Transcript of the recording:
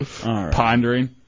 Pondering